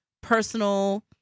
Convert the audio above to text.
personal